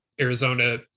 Arizona